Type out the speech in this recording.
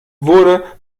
wurde